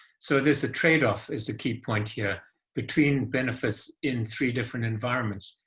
so there's a trade-off is the key point here between benefits in three different environments.